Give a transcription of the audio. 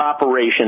operation